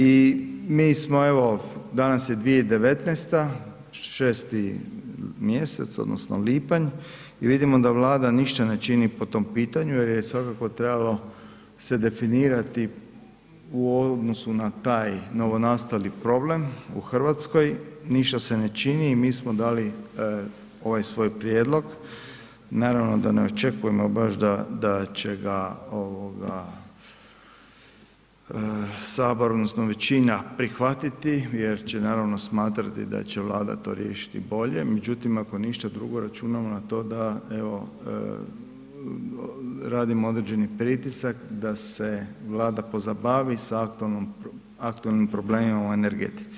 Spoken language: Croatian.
I mi smo evo, danas je 2019., 6. mj. odnosno lipanj i vidimo da Vlada ništa ne čini po tom pitanju jer je svakako trebalo se definirati u odnosu na taj novonastali problem u Hrvatskoj, ništa se ne čini i mi smo dali ovaj svoj prijedlog, naravno da ne očekujemo baš da će ga Sabor odnosno većina prihvatiti jer će naravno smatrati da će Vlada to riješiti bolje, međutim ako ništa drugo, računamo na to da evo radimo određeni pritisak da se Vlada pozabavi sa aktualnim problemima u energetici.